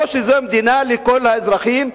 או שזו מדינה לכל האזרחים,